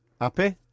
Happy